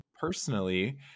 personally